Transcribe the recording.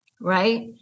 right